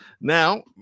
Now